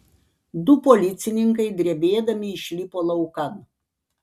du policininkai drebėdami išlipo laukan